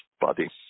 body